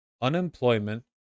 unemployment